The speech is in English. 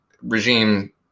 regime